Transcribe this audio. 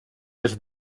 est